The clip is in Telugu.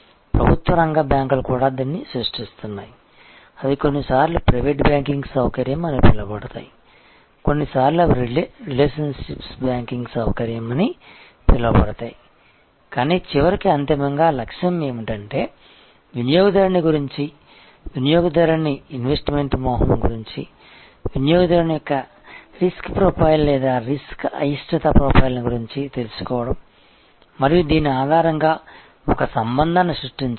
ప్రభుత్వ రంగ బ్యాంకులు కూడా దీనిని సృష్టిస్తున్నాయి అవి కొన్నిసార్లు ప్రైవేట్ బ్యాంకింగ్ సౌకర్యం అని పిలువబడతాయి కొన్నిసార్లు అవి రిలేషన్షిప్ బ్యాంకింగ్ సౌకర్యం అని పిలువబడతాయి కానీ చివరికి అంతిమంగా లక్ష్యం ఏమిటంటే వినియోగదారుని గురించి వినియోగదారుని ఇన్వెస్ట్మెంట్ మోహం గురించి వినియోగదారుని యొక్క రిస్క్ ప్రొఫైల్ లేదా రిస్క్ అయిష్టత ప్రొఫైల్ని గురించి తెలుసుకోవడం మరియు దీని ఆధారంగా ఒక సంబంధాన్ని సృష్టించండి